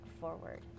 forward